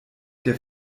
der